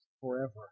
forever